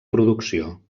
producció